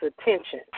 attention